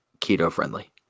keto-friendly